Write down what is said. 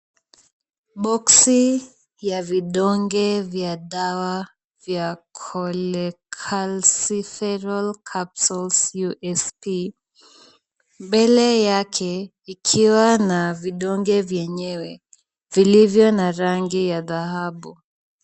Boksi ya vidonge vya dawa vya Cholecalciferol Capsules USP. Mbele yake ikiwa na vidonge vyenyewe vilivyo na rangi ya dhahabu.